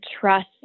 trust